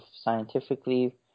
scientifically